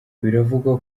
biravugwa